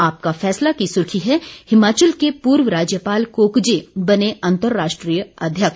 आपका फैसला की सूर्खी है हिमाचल के पूर्व राज्यपाल कोकजे बने अंतरर्राष्ट्रीय अध्यक्ष